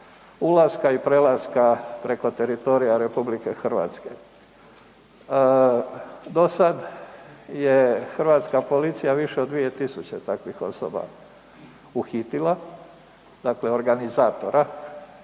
ulaska i prelaska preko teritorija RH. Do sad je hrvatska policija više od 2000 takvih osoba uhitila, dakle organizatora,